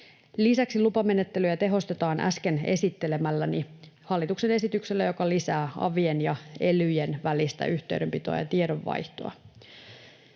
Lisäksi lupamenettelyjä tehostetaan äsken esittelemälläni hallituksen esityksellä, joka lisää avien ja elyjen välistä yhteydenpitoa ja tiedonvaihtoa.